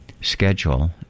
schedule